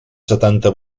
setanta